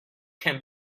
can